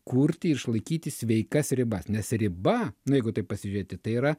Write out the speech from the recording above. kurti ir išlaikyti sveikas ribas nes riba nu jeigu taip pasižiūrėti tai yra